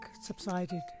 subsided